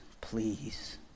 please